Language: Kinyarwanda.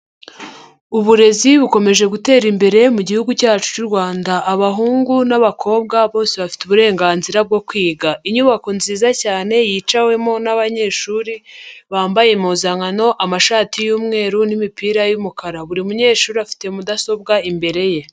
Uburezi bukomeje gutera imbere mugihugu cyacu cy'u Rwanda abahungu n'abakobwa bose bafite uburenganzira bwo kwiga, inyubako nziza cyane yicawemo n'abanyeshuri bambaye impuzankano amashati y'umweru n'imipira y'umukara buri munyeshuri afite mudasobwa imbere ye.